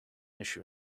issue